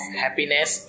happiness